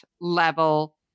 level